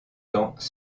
temps